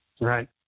Right